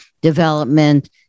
development